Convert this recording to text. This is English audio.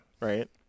right